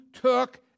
took